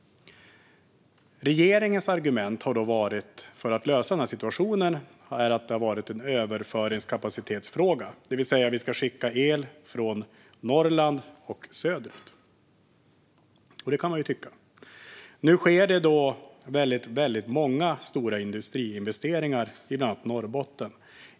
Regeringens argument har varit att det är en fråga om överföringskapacitet, det vill säga att vi ska skicka el söderut från Norrland. Det kan man tycka. Men i bland annat Norrbotten sker nu väldigt många industriinvesteringar.